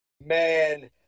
man